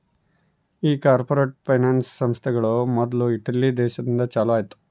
ಈ corporate finance ಸಂಸ್ಥೆಗಳು ಮೊದ್ಲು ಇಟಲಿ ದೇಶದಿಂದ ಚಾಲೂ ಆಯ್ತ್